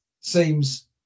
seems